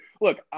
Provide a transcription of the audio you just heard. look